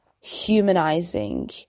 humanizing